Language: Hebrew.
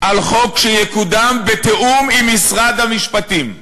על חוק שיקודם בתיאום עם משרד המשפטים,